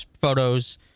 photos